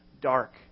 dark